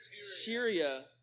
Syria